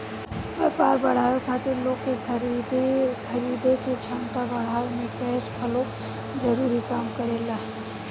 व्यापार बढ़ावे खातिर लोग के खरीदे के क्षमता बढ़ावे में कैश फ्लो जरूरी काम करेला